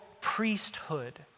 priesthood